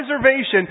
preservation